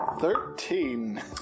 Thirteen